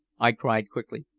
i cried quickly.